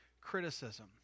criticism